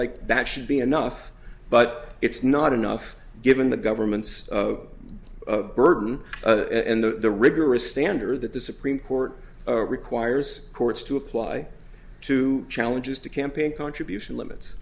that should be enough but it's not enough given the government's burden and the rigorous standard that the supreme court requires courts to apply to challenges to campaign contribution limits